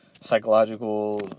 psychological